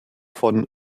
von